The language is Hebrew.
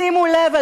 שימו לב,